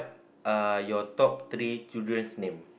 are your top three children's name